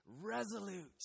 resolute